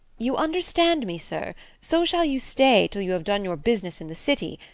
you understand me, sir so shall you stay till you have done your business in the city.